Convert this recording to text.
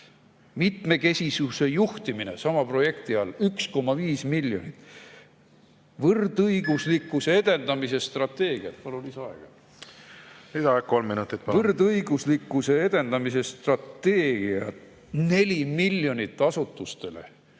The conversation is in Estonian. Mitmekesisuse juhtimine, sama projekti all, 1,5 miljonit. Võrdõiguslikkuse edendamise strateegia … Palun lisaaega. Lisaaeg kolm minutit, palun! Võrdõiguslikkuse edendamise strateegia, 4 miljonit asutustele.